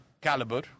caliber